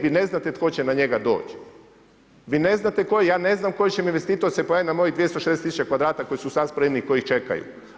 Vi ne znate tko će na njega doć, vi ne znate tko, ja ne znam koji će mi investitor se pojaviti na mojih 260 tisuća kvadrata koji su sada spremni i koji ih čekaju.